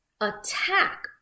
Attack